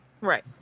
Right